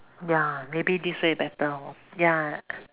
ya maybe this way hor ya